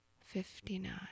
fifty-nine